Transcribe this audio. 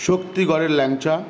শক্তিগড়ের ল্যাংচা